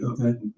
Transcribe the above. Okay